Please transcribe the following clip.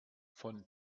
von